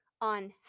On